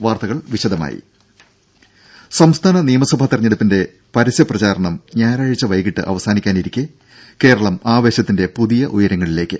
വാർത്തകൾ വിശദമായി സംസ്ഥാന നിയമസഭാ തെരഞ്ഞെടുപ്പിന്റെ പരസ്യ പ്രചാരണം ഞായറാഴ്ച്ച വൈകീട്ട് അവസാനിക്കാനിരിക്കെ കേരളം ആവേശത്തിന്റെ പുതിയ ഉയരങ്ങളിലേക്ക്